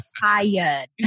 tired